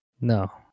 no